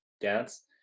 dance